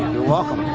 you're welcome.